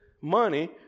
money